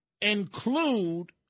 include